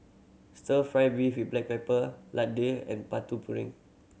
Stir Fry beef with black pepper laddu and Putu Piring